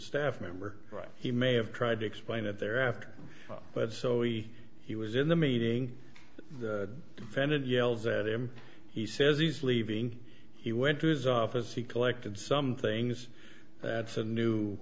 staff member right he may have tried to explain that they're after but so he he was in the meeting the senate yells at him he says he's leaving he went to his office he collected some things that's a new